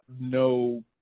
no